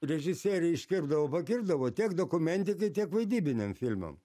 režisieriai iškirpdavo pakirpdavo tiek dokumentikai tiek vaidybiniam filmam